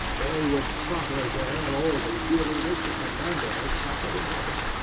they would suffer there all the weariness the commander has suffered in heaven.